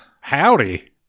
Howdy